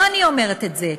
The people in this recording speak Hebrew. לא אני אומרת את זה.